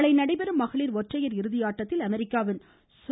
நாளை நடைபெறும் மகளிர் இற்றையர் இறுதி ஆட்டத்தில் அமெரிக்காவின் சோ